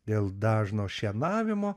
dėl dažno šienavimo